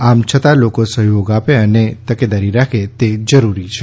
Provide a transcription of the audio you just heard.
આમ છતાં લોકો સહયોગ આપે અને તકેદારી રાખે તે જરૂરી છે